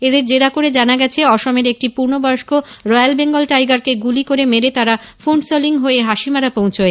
এদের জেরা করে জানা গেছে অসমের একটি পূর্ণবয়স্ক রয়্যাল বেঙ্গল টাইগারকে গুলি করে মেরে তারা ফুন্টসেলিং হয়ে হাসিমারা পৌঁছয়